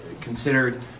considered